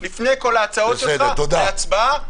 לפני כל ההצעות שלך, להצבעה.